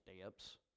steps